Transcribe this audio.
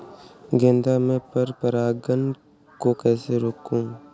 गेंदा में पर परागन को कैसे रोकुं?